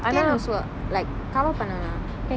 can also like cover பண்ண வேணாம்:panna venam